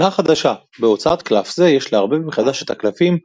שנה חדשה - בהוצאת קלף זה יש לערבב מחדש את הקלפים,